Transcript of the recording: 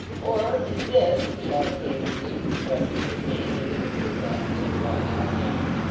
or is this he added hastily, thrusting his hand into the tool basket and drawing out a hammer,